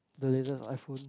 the latest iPhone